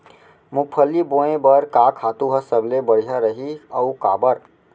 मूंगफली बोए बर का खातू ह सबले बढ़िया रही, अऊ काबर?